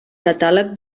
catàleg